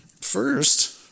First